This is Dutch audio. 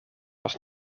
was